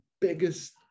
biggest